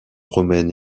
romaines